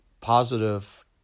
positive